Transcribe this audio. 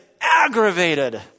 aggravated